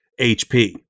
HP